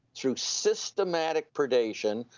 through systematic predation.